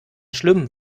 schlimmen